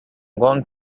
going